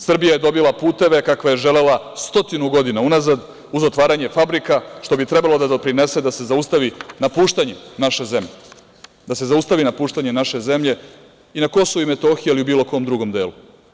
Srbija je dobila puteve kakve je želela stotinu godina unazad, uz otvaranje fabrika, što bi trebalo da doprinese da se zaustavi napuštanje naše zemlje, da se zaustavi napuštanje naše zemlje i na KiM, ali i u bilo kom drugom delu.